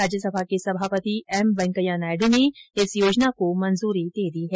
राज्यसभा के सभापति एम वेंकैया नायडू ने इस योजना को मंजूरी दे दी है